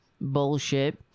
bullshit